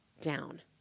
down